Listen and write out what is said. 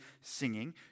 singing